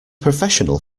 professional